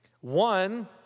one